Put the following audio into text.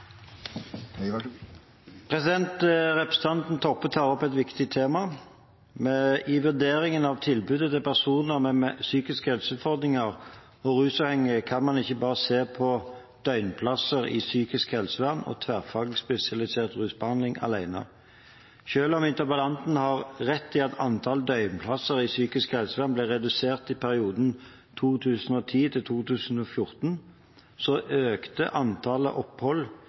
tar opp et viktig tema. I vurderingen av tilbudet til personer med psykiske helseutfordringer og rusavhengighet kan man ikke bare se på døgnplasser i psykisk helsevern og tverrfaglig spesialisert rusbehandling alene. Selv om interpellanten har rett i at antall døgnplasser i psykisk helsevern ble redusert i perioden 2010–2014, så økte antallet opphold i de distriktspsykiatriske sentrene og sykehusene med nærmere 3 pst. I 2014